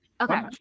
Okay